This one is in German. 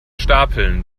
stapeln